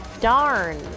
Darn